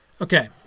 Okay